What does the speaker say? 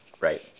Right